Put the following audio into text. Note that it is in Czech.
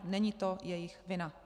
Není to jejich vina.